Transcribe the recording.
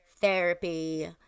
therapy